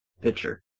picture